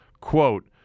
quote